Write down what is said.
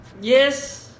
yes